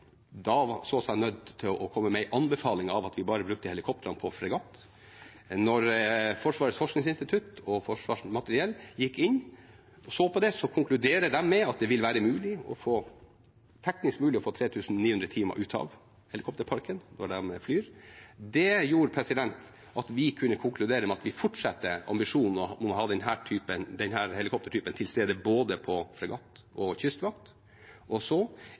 så seg nødt til å komme med en anbefaling om at vi bare brukte helikoptrene på fregatt. Da Forsvarets forskningsinstitutt og Forsvarsmateriell gikk inn og så på det, konkluderte de med at det vil være teknisk mulig å få 3 900 timer ut av helikopterparken når de flyr. Det gjorde at vi kunne konkludere med at vi fortsetter ambisjonen om å ha denne helikoptertypen til stede både på fregatt og på kystvakt.